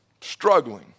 Struggling